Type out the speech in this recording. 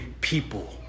people